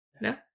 No